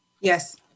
Yes